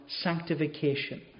sanctification